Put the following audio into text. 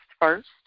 first